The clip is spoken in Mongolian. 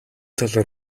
талаар